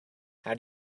how